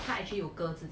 她 actually 有割自己